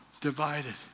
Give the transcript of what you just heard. divided